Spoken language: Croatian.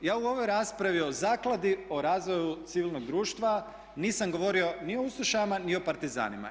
Ja u ovoj raspravi o Zakladi o razvoju civilnog društva nisam govorio ni o ustašama ni o partizanima.